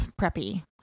preppy